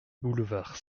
boulevard